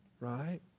Right